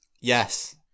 Yes